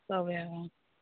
तब आयब हम